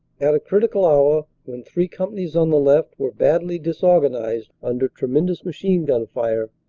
at a critical hour, when three companies on the left were badly disorganized under tremendous machine-gun fire,